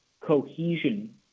cohesion